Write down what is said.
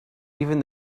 even